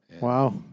Wow